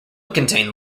contain